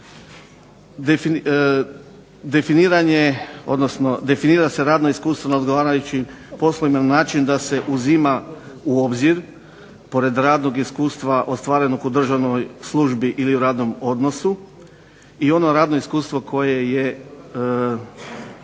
Definira se radno iskustvo na odgovarajućim poslovima na način da se uzima u obzir pored radnog iskustva ostvarenog u državnoj službi ili radnom odnosu i ono radno iskustvo koje je